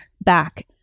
back